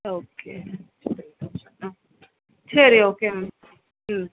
okay ஆ சரி okay ma'am ம்